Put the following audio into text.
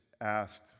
asked